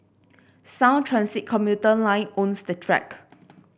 Sound Transit commuter line owns the track